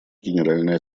генеральной